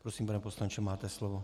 Prosím, pane poslanče, máte slovo.